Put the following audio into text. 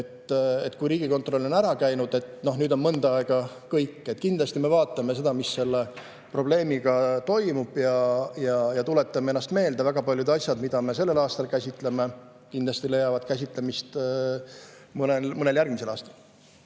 et kui Riigikontroll on ära käinud, siis on mõnda aega kõik. Kindlasti me vaatame seda, mis selle probleemiga toimub, ja tuletame ennast meelde. Väga paljud asjad, mida me sellel aastal käsitleme, leiavad kindlasti käsitlemist mõnel järgmisel aastal.